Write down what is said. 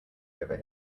over